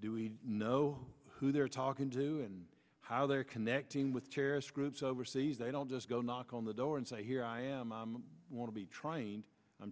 do we know who they're talking to do and how they're connecting with terrorist groups overseas they don't just go knock on the door and say here i am i want to be trained i'm